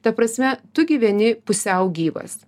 ta prasme tu gyveni pusiau gyvas